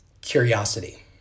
Curiosity